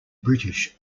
british